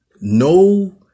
No